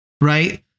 right